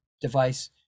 device